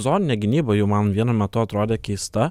zoninė gynyba jų man vienu metu atrodė keista